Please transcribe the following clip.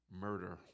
murder